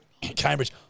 Cambridge